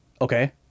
okay